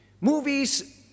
Movies